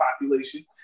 population